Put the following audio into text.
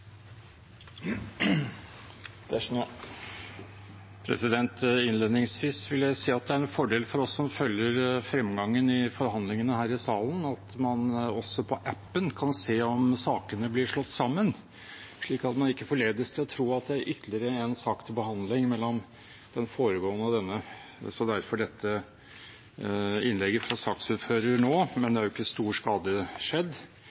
Innledningsvis vil jeg si at det er en fordel for oss som følger fremgangen i forhandlingene her i salen, at man også på appen kan se om sakene blir slått sammen, slik at man ikke forledes til å tro at det er ytterligere en sak til behandling mellom den foregående og denne. Derfor dette innlegget fra saksordføreren nå. Men det er jo ingen stor skade skjedd.